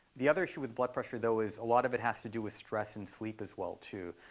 the other issue with blood pressure, though, is a lot of it has to do with stress and sleep as well, too.